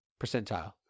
percentile